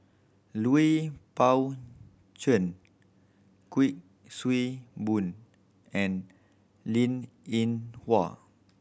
Lui Pao Chuen Kuik Swee Boon and Linn In Hua